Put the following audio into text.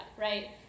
right